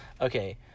Okay